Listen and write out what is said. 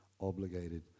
obligated